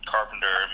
Carpenter